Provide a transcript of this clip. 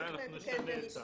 אנחנו נשנה את הניסוח.